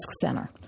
center